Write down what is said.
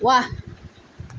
ৱাহ